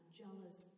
jealous